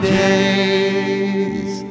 days